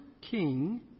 king